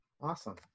Awesome